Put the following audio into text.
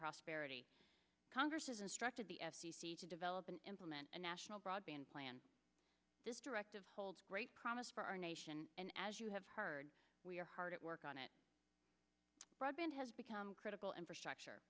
prosperity congress has instructed the f c c to develop and implement a national broadband plan this directive holds great promise for our nation and as you have heard we are hard at work on it broadband has become critical infrastructure